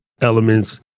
elements